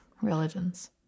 religions